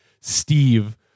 Steve